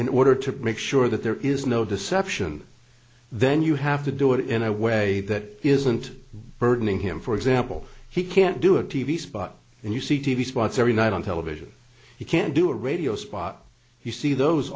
in order to make sure that there is no deception then you have to do it in a way that isn't burdening him for example he can't do a t v spot and you see t v spots every night on television you can do a radio spot you see those